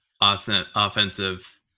Offensive